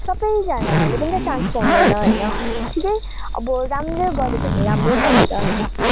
सबैजनाले पनि त चान्स पाउँदैन होइन ठिकै अब राम्रै गऱ्यो भने राम्रै पाउँछ होइन